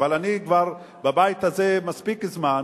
אבל אני כבר בבית הזה מספיק זמן